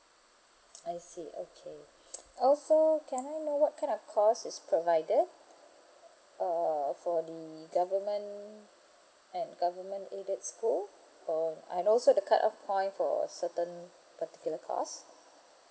I see okay also can I know what kind of course is provided err for the government an government aided school for uh also the cut off point for certain particular course